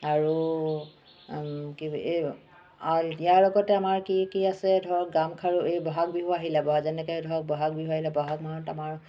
আৰু কি এই ইয়াৰ লগতে আমাৰ কি কি আছে ধৰক গামখাৰু বহাগ বিহু আহিলে বহাগ যেনেকৈ ধৰক বহাগ বিহু আহিলে বহাগ মাহত আমাৰ